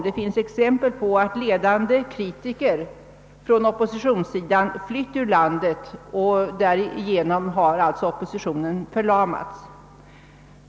Det finns exempel på att ledande kritiker på oppositionssidan flytt ur landet, och därigenom har alltså oppositionen förlamats.